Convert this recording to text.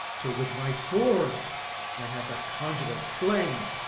till with my sword i have that conjurer slain!